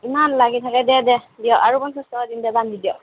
ইমান লাগি থাকে দে দে দিয়ক আৰু পঞ্চাছ টকা দিম দে বান্ধি দিয়ক